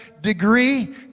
degree